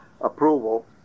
approval